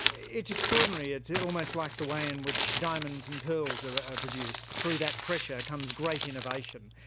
it's extraordinary, it's almost like the way in which diamonds and pearls are ah ah produced through that pressure comes great innovation.